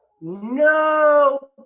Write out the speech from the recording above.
no